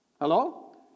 Hello